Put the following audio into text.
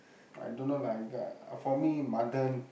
I don't know lah for me Mathan